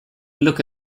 look